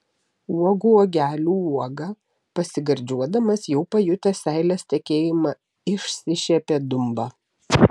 uogų uogelių uoga pasigardžiuodamas jau pajutęs seilės tekėjimą išsišiepė dumba